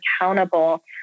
accountable